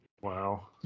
Wow